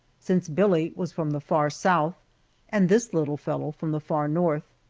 since billie was from the far south and this little fellow from the far north.